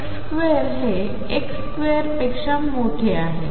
⟨x2⟩हे ⟨x2⟩पेक्षा मोठे आहे